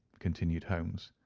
continued holmes,